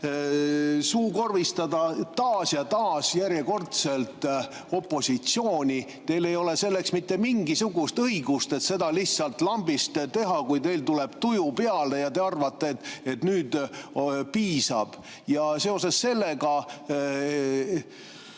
suukorvistada taas ja taas, järjekordselt opositsiooni? Teil ei ole mitte mingisugust õigust seda lihtsalt lambist teha, kui teil tuleb tuju peale ja te arvate, et nüüd piisab. Seoses sellega